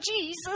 Jesus